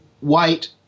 white